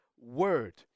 word